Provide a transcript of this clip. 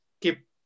keep